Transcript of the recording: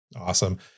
Awesome